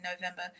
November